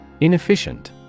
Inefficient